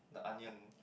the onion